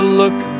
look